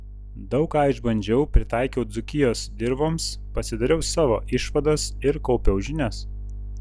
daug ką išbandžiau pritaikiau dzūkijos dirvoms pasidariau savo išvadas ir kaupiau žinias